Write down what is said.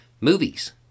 Movies